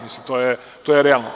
Mislim to je realno.